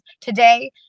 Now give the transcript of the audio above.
today